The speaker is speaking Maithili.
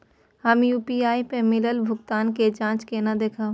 हम यू.पी.आई पर मिलल भुगतान के जाँच केना देखब?